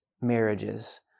Marriages